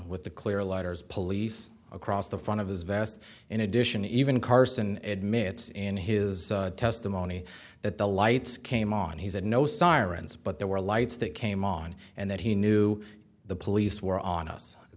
with the clear lighters police across the front of his vest in addition even carson edm it's in his testimony that the lights came on he said no sirens but there were lights that came on and that he knew the police were on us and